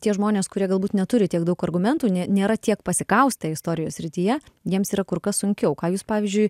tie žmonės kurie galbūt neturi tiek daug argumentų nė nėra tiek pasikaustę istorijos srityje jiems yra kur kas sunkiau ką jūs pavyzdžiui